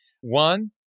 One